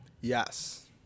Yes